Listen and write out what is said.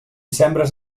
sembres